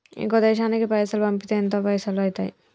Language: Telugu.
ఇంకో దేశానికి పైసల్ పంపితే ఎంత పైసలు అయితయి?